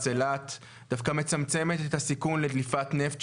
אילת דווקא מצמצמת את הסיכון לדליפת נפט,